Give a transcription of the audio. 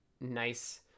nice